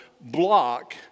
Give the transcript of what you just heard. block